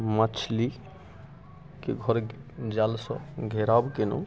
मछलीके घर जालसँ घेराव केलहुँ